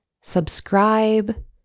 subscribe